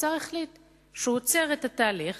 האוצר החליט שהוא עוצר את התהליך.